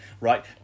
right